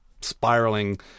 spiraling